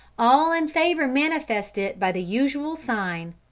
all in favour manifest it by the usual sign.